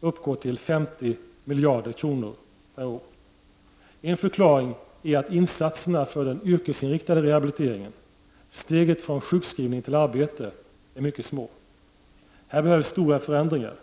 uppgår till 50 miljarder kronor per år. En förklaring är att insatserna för den yrkesinriktade rehabiliteringen — steget från sjukskrivning till arbete — är mycket små. Här behövs stora förändringar.